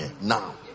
Now